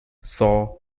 saw